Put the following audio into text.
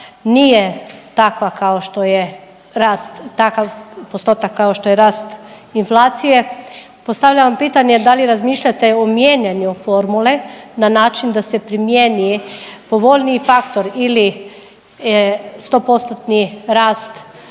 rast takav postotak kao što je rast inflacije postavljam vam pitanje da li razmišljate o mijenjanju formule na način da se primijeni povoljniji faktor ili 100%-tni rast inflacije